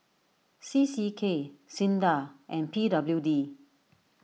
C C K Sinda and P W D